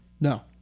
No